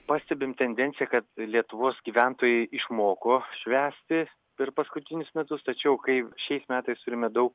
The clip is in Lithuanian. pastebim tendenciją kad lietuvos gyventojai išmoko švęsti per paskutinius metus tačiau kai šiais metais turime daug